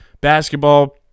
Basketball